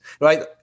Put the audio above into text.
right